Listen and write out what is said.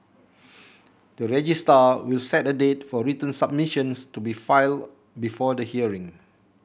the registrar will set a date for written submissions to be filed before the hearing